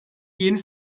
yeni